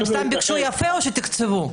הם סתם ביקשו יפה או שתקצבו?